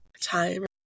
time